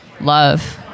love